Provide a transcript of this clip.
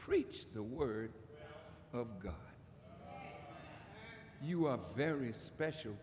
preach the word of god you are very special